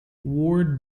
ward